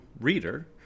reader